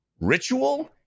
ritual